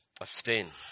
Abstain